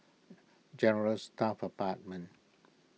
General Staff Apartment